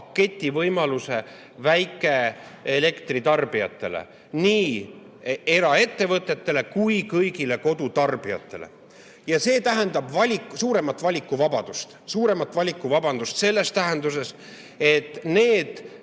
paketivõimaluse väikeelektritarbijatele, nii eraettevõtetele kui ka kõigile kodutarbijatele. See tähendab suuremat valikuvabadust. Suuremat valikuvabadust selles tähenduses, et need